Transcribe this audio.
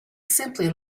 simply